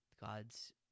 God's